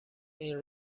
این